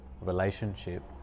relationship